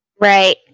right